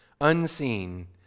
unseen